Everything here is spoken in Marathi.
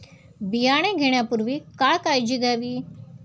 बियाणे घेण्यापूर्वी काय काळजी घ्यावी?